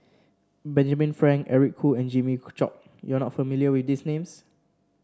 Benjamin Frank Eric Khoo and Jimmy Chok you are not familiar with these names